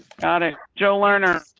got it joe learner.